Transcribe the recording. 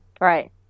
Right